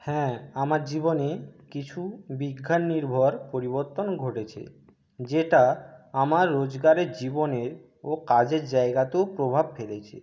হ্যাঁ আমার জীবনে কিছু বিজ্ঞান নির্ভর পরিবর্তন ঘটেছে যেটা আমার রোজগারের জীবনের ও কাজের জায়গাতেও প্রভাব ফেলেছে